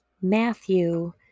Matthew